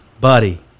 buddy